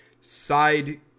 side